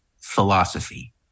philosophy